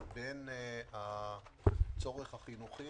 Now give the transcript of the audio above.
בין הצורך החינוכי,